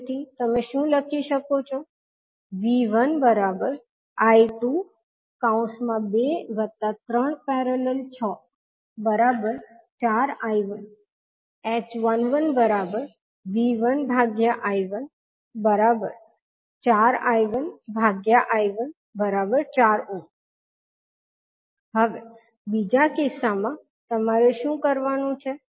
તેથી તમે શું લખી શકો છો V1I123||64I1 h11 V1I14I1I14Ω હવે બીજા કિસ્સામાં તમારે શું કરવાનું છે